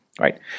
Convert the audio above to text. right